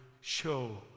show